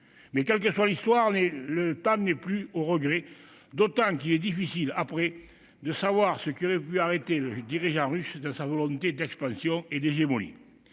Quelle que soit l'histoire, le temps n'est plus au regret, d'autant qu'il est difficile de savoir ce qui aurait pu arrêter le dirigeant russe dans sa volonté d'expansion et d'hégémonie.